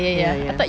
ya ya